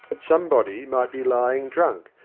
somebody might be lying drunk,